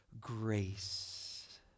grace